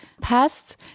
past